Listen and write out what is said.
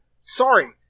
Sorry